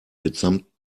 mitsamt